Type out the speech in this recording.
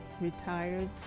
retired